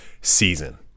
season